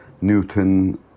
Newton